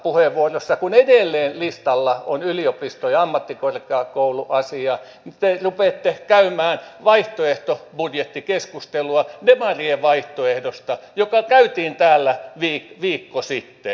seuraavassa puheenvuorossa kun edelleen listalla on yliopisto ja ammattikorkeakouluasia te rupeatte käymään vaihtoehtobudjettikeskustelua demarien vaihtoehdosta joka käytiin täällä viikko sitten